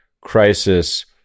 crisis